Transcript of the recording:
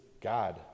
God